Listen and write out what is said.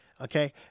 Okay